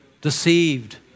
deceived